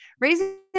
raising